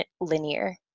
linear